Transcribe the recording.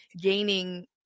gaining